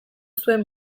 zuen